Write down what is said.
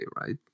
right